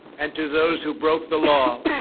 and to those who broke the law,